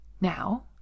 now